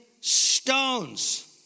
stones